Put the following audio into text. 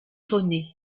erroné